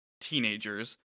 teenagers